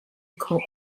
khawh